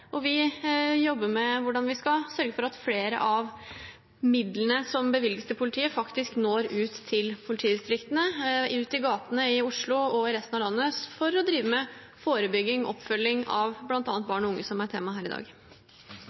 og vi jobber med hvordan vi skal sørge for at flere av midlene som bevilges til politiet, faktisk når ut til politidistriktene, ut i gatene i Oslo og i resten av landet, for å drive med forebygging og oppfølging av bl.a. barn og unge, som er temaet her i dag.